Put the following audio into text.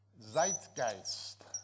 Zeitgeist